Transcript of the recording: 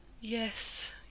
Yes